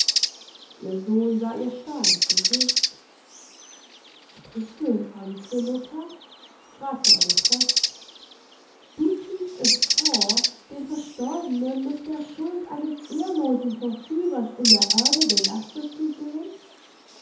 ihr sohn sah ihr starr ins gesicht sprichst du im ernste mutter fragte er gepreßt du ziehst es vor den verstorbenen mit der schuld eines ehrlosen verführers in der erde belastet zu sehen